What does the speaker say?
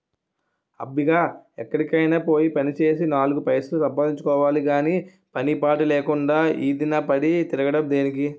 అబ్బిగా ఎక్కడికైనా పోయి పనిచేసి నాలుగు పైసలు సంపాదించుకోవాలి గాని పని పాటు లేకుండా ఈదిన పడి తిరగడం దేనికి?